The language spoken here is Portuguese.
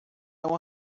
uma